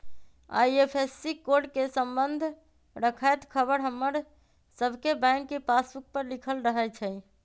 IFSC code से संबंध रखैत ख़बर हमर सभके बैंक के पासबुक पर लिखल रहै छइ